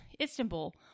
Istanbul